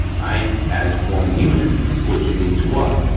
right, as one unit which means what?